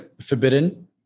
forbidden